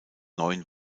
neuen